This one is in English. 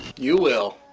you will.